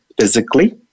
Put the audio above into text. physically